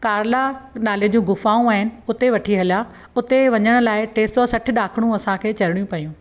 कार्ला नाले जूं गुफ़ाऊं आहिनि हुते वठी हलिया उते वञण लाइ टे सौ सठि ॾाकणूं अंसाखे चढ़णी पियूं